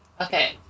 Okay